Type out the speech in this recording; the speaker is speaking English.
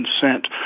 consent